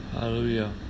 Hallelujah